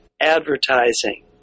advertising